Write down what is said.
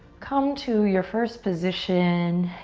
come to your first position,